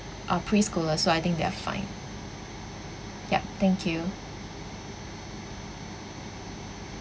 are preschoolers so I think they are fine yup thank you